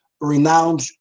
renowned